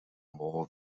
more